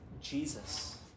Jesus